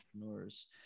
entrepreneurs